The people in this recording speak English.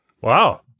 Wow